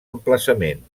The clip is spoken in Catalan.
emplaçament